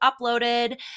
uploaded